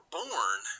born